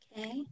Okay